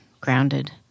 grounded